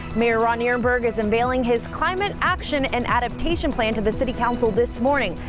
mayor ron nirenberg is unveiling his climate action and adaptation plan to the city council this morning,